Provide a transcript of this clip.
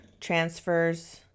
transfers